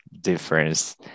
difference